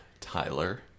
Tyler